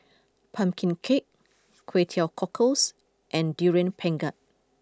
Pumpkin Cake Kway Teow Cockles and Durian Pengat